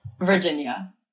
Virginia